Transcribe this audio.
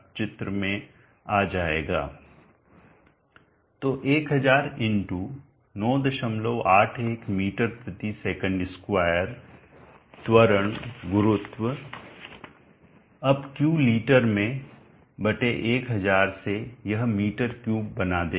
तो 1000 × 981 ms2 त्वरण गुरुत्व अब Q लीटर में 1000 से यह m3 बना देगा